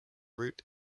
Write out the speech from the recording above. route